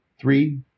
three